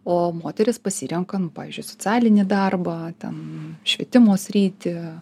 o moterys pasirenka nu pavyzdžiui socialinį darbą ten švietimo sritį